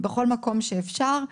בכל מקום שאפשר.